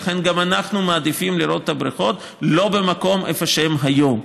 לכן גם אנחנו מעדיפים לא לראות את הבריכות במקום שבו הן היום.